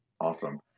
Awesome